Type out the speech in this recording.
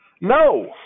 No